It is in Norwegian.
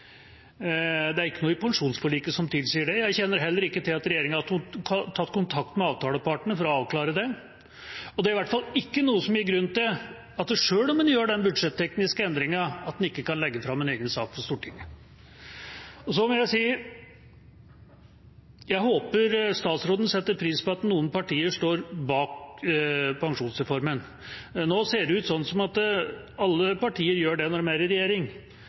Det er ikke noe i pensjonsforliket som tilsier det. Jeg kjenner heller ikke til at regjeringa har tatt kontakt med avtalepartene for å avklare det. Det er i hvert fall ikke noe som gir grunn til, selv om en gjør den budsjettekniske endringen, at en ikke kan legge fram en egen sak til Stortinget. Jeg håper statsråden setter pris på at noen partier står bak pensjonsreformen. Nå ser det ut som at alle partier gjør det når de er i regjering,